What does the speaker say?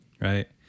right